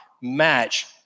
match